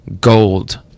gold